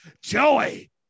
Joey